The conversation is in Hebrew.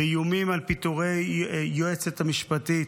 באיומים בפיטורי היועצת המשפטית.